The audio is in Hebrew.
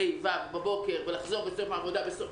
ה' ו-ו' לבד מהבוקר עד סוף היום,